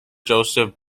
joseph